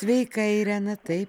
sveika irena taip